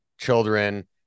children